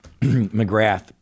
McGrath